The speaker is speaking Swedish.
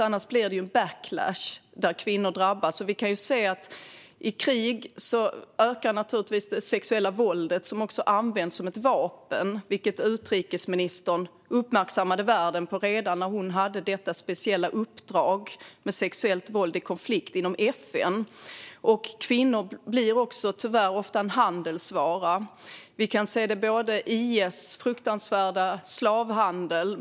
Annars blir det en backlash där kvinnor drabbas. Vi kan se att det sexuella våldet ökar i krig och att det också används som ett vapen, vilket utrikesministern uppmärksammade världen på redan när hon hade detta speciella uppdrag i FN om sexuellt våld i konflikter. Kvinnor blir tyvärr också ofta en handelsvara. Man kan se det när det gäller IS fruktansvärda slavhandel.